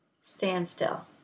Standstill